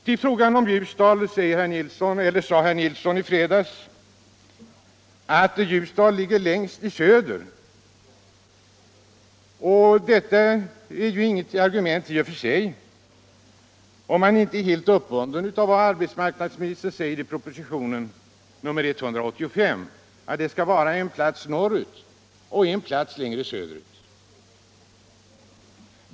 Till frågan om Ljusdal sade herr Nilsson i Östersund i fredags att Ljusdal ligger längst i söder. Detta är ju inget argument i och för sig om man inte helt är uppbunden av vad arbetsmarknadsministern säger i propositionen 185 nämligen att det skall vara en plats norrut och en plats söderut.